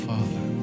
Father